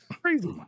Crazy